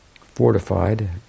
fortified